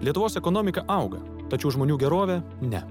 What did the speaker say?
lietuvos ekonomika auga tačiau žmonių gerovė ne